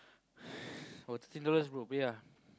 oh thirteen dollars bro pay ah